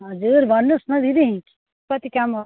हजुर भन्नु होस् न दिदी कति काम हो